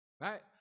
right